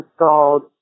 installed